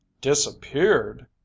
disappeared